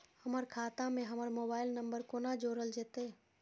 हमर खाता मे हमर मोबाइल नम्बर कोना जोरल जेतै?